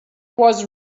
was